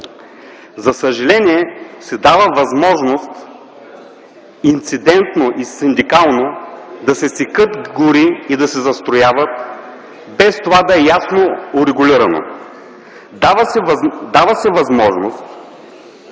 За съжаление, дава се възможност инцидентно и синдикално да се секат гори и да се застроява, без това да е ясно урегулирано. Дава се възможност